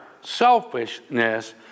selfishness